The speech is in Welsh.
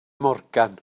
morgan